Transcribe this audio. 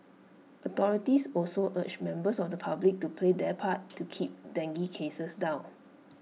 authorities also urged members of the public to play their part to keep dengue cases down